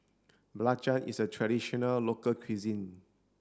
Belacan is a traditional local cuisine